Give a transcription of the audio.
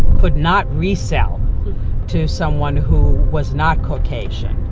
could not resell to someone who was not caucasian.